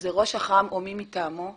זה ראש אח"מ או מי מטעמו.